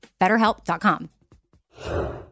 BetterHelp.com